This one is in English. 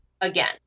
again